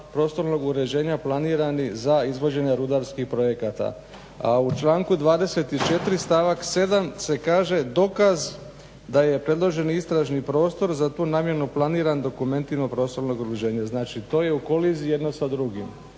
prostornog uređenja planirani za izvođenje rudarskih projekata, a u članku 24. stavak 7. se kaže dokaz da je predloženi istražni prostor za tu namjenu planiran dokumentima prostor uređenja. Znači to je u koliziji jedno s drugim,